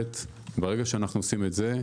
ברגע שאנחנו עושים את זה,